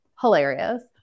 Hilarious